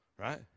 right